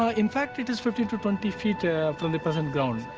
ah in fact, it is fifteen to twenty feet from the present ground.